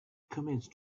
commenced